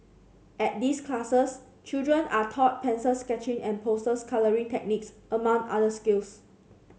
at these classes children are taught pencil sketching and poster colouring techniques among other skills